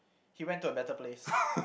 he went to a better place